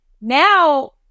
now